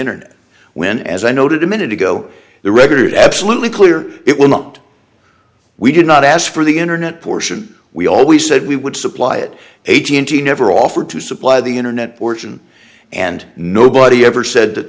internet when as i noted a minute ago the record absolutely clear it will not we did not ask for the internet portion we always said we would supply it never offered to supply the internet fortune and nobody ever said that